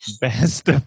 Best